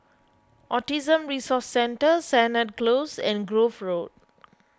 Autism Resource Centre Sennett Close and Grove Road